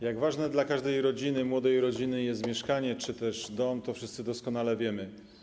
Jak ważne dla każdej rodziny, młodej rodziny jest mieszkanie czy też dom, wszyscy doskonale wiemy.